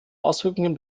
auswirkungen